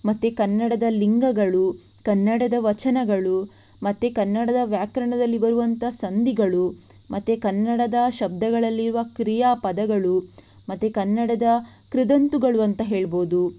ಮತ್ತು ಕನ್ನಡದ ಲಿಂಗಗಳು ಕನ್ನಡದ ವಚನಗಳು ಮತ್ತು ಕನ್ನಡದ ವ್ಯಾಕರಣದಲ್ಲಿ ಬರುವಂಥ ಸಂಧಿಗಳು ಮತ್ತು ಕನ್ನಡದ ಶಬ್ಧಗಳಲ್ಲಿರುವ ಕ್ರಿಯಾಪದಗಳು ಮತ್ತು ಕನ್ನಡದ ಕೃದಂತಗಳು ಅಂತ ಹೇಳಬಹುದು